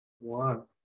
One